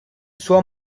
sua